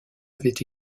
avait